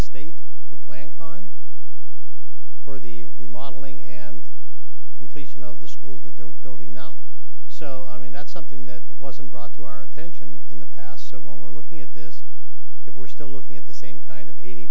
state plan calling for the remodeling and completion of the school that they're building now so i mean that's something that wasn't brought to our attention in the past so when we're looking at this if we're still looking at the same kind of eighty